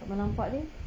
tak pernah nampak dia